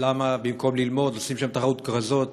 למה במקום ללמוד עושים שם תחרות כרזות.